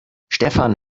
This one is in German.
stefan